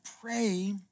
pray